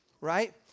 right